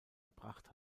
erbracht